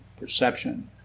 perception